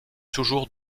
toujours